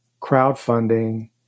crowdfunding